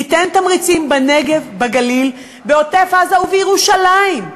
ניתן תמריצים בנגב, בגליל, בעוטף-עזה ובירושלים.